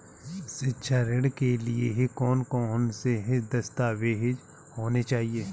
शिक्षा ऋण के लिए कौन कौन से दस्तावेज होने चाहिए?